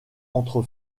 entre